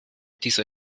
dieser